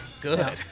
good